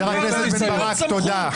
חבר הכנסת בן ברק, תודה.